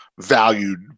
valued